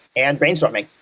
and brainstorming.